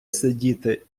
сидіти